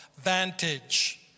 Vantage